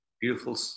beautiful